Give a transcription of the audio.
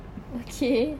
okay